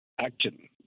action